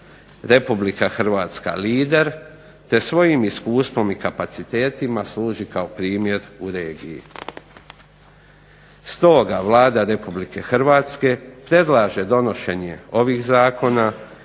Republika Hrvatska lider te svojim iskustvom i kapacitetima služi kao primjer u regiji. Stoga, Vlada Republike Hrvatske predlaže donošenje ovih Zakona